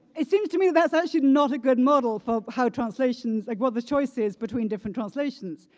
it seems to me that that's actually not a good model for how translations like what the choice is between different translations.